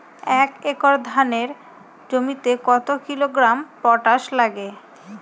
এক একর ধানের জমিতে কত কিলোগ্রাম পটাশ লাগে?